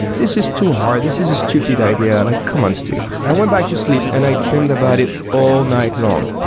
this is too hard. this is a stupid idea. i'm like, come on, steve. i went back to sleep and i dreamed about it all night long.